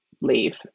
leave